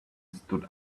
stood